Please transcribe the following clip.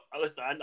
listen